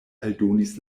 aldonis